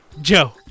Joe